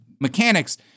mechanics